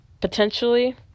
potentially